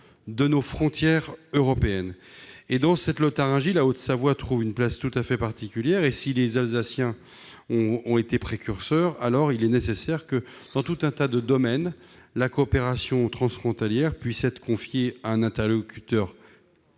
de frontières européennes. Au sein de cette Lotharingie, la Haute-Savoie trouve une place tout à fait particulière. Si les Alsaciens ont été précurseurs, il est nécessaire que, dans plusieurs domaines, la coopération transfrontalière puisse être confiée à un interlocuteur